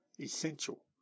essential